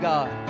God